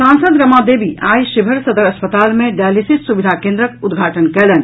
सांसद रमा देवी आई शिवहर सदर अस्पताल मे डायलिसीस सुविधा केन्द्रक उद्घाटन कयलनि